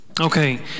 Okay